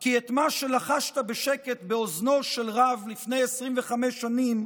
כי את מה שלחשת בשקט באוזנו של רב לפני 25 שנים,